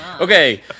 Okay